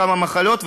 כמה מחלות,